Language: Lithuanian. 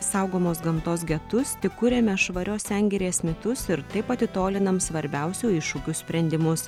saugomos gamtos getus tik kuriame švarios sengirės mitus ir taip atitolinam svarbiausių iššūkių sprendimus